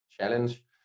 challenge